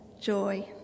joy